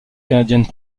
canadiennes